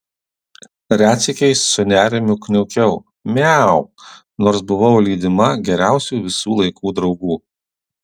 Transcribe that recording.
retsykiais su nerimu kniaukiau miau nors buvau lydima geriausių visų laikų draugų